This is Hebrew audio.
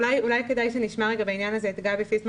אולי כדאי שנשמע בעניין הזה את גבי פיסמן